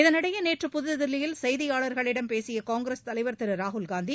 இதனிடையே நேற்று புதுதில்லியில் செய்தியாளர்களிடம் பேசிய காங்கிரஸ் தலைவர் திரு ராகுல் காந்தி